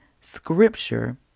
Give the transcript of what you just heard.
scripture